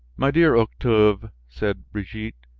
my dear octave, said brigitte,